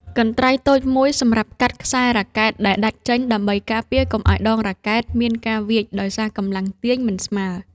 កន្ត្រៃតូចមួយសម្រាប់កាត់ខ្សែរ៉ាកែតដែលដាច់ចេញ ដើម្បីការពារកុំឱ្យដងរ៉ាកែតមានការវៀចដោយសារកម្លាំងទាញមិនស្មើ។